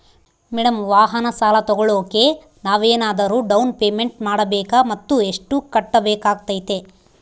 Madam ವಾಹನ ಸಾಲ ತೋಗೊಳೋಕೆ ನಾವೇನಾದರೂ ಡೌನ್ ಪೇಮೆಂಟ್ ಮಾಡಬೇಕಾ ಮತ್ತು ಎಷ್ಟು ಕಟ್ಬೇಕಾಗ್ತೈತೆ?